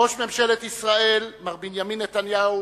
ראש ממשלת ישראל מר בנימין נתניהו